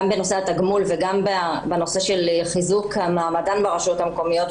גם בנושא התגמול וגם בנושא חיזוק מעמדן ברשויות המקומיות,